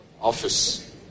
office